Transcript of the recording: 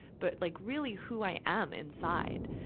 but like really who i am inside,